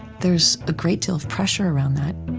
there's a great deal of pressure around that.